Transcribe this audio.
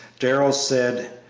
darrell said,